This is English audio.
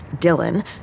Dylan